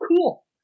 Cool